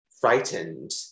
frightened